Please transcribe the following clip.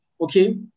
Okay